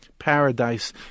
Paradise